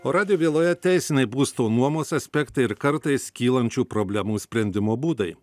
o radio byloje teisiniai būsto nuomos aspektai ir kartais kylančių problemų sprendimo būdai